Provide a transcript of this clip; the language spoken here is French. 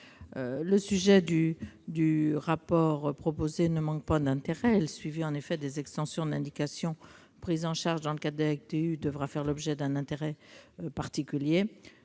Le sujet du rapport proposé ne manque pas d'intérêt, car le suivi des extensions d'indication prises en charge dans le cadre des ATU devra faire l'objet d'une attention particulière.